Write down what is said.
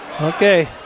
Okay